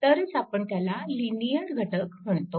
तरच आपण त्याला लिनिअर घटक म्हणतो